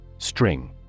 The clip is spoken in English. String